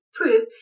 proof